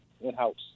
in-house